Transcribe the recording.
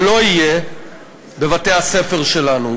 לא יהיה בבתי-הספר שלנו.